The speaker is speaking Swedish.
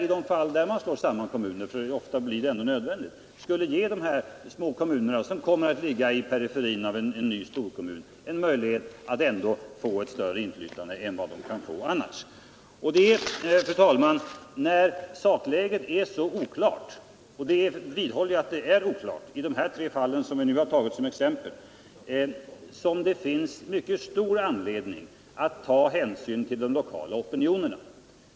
I de fall då man slår samman kommuner — vilket det ändå ofta blir nödvändigt att göra — kommer de här små kommunerna att ligga ute i periferin av en ny storkommun, men genom kommundelsråd skulle de ändock få möjlighet att få större inflytande än vad de annars skulle få. När sakläget är så oklart — jag vidhåller, fru talman, att det är oklart i de tre fall som vi nu har tagit som exempel — finns mycket stor anledning att ta hänsyn till de lokala opinionerna.